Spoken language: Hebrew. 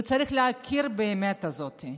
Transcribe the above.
וצריך להכיר באמת הזאת.